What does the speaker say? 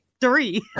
three